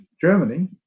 Germany